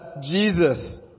Jesus